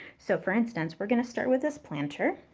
so for instance, we're gonna start with this planter.